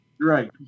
Right